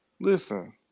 Listen